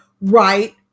right